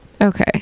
Okay